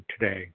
today